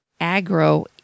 agro